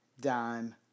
dime